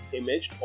image